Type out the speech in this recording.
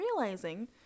realizing